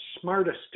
smartest